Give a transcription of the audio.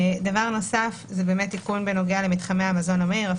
תיקון נוסף הוא בנוגע למתחמי המזון המהיר,